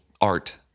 art